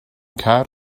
car